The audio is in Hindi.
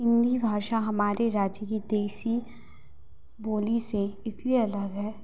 हिंदी भाषा हमारी राजनीति सी बोली से इसलिए अलग है